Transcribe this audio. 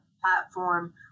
platform